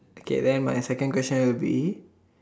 okay then my second question will be